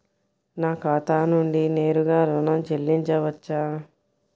నా ఖాతా నుండి నేరుగా ఋణం చెల్లించవచ్చా?